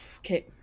Okay